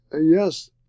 Yes